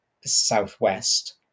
southwest